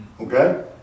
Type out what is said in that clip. okay